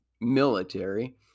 military